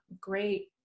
great